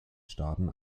staaten